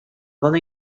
dona